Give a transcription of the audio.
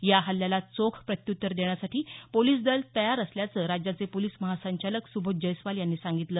या हल्ल्याला चोख प्रत्युत्तर देण्यासाठी पोलिस दल तयार असल्याचं राज्याचे पोलिस महासंचालक सुबोध जैस्वाल यांनी सांगितलं